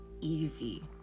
easy